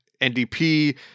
NDP